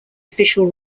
official